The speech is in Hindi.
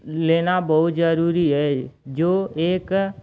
लेना बहुत ज़रूरी है जो एक